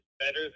Better